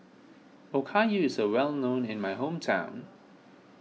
Okayu is a well known in my hometown